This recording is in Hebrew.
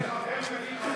זה חבר מביא חבר.